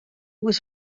was